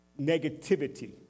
negativity